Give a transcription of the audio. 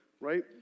right